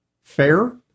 fair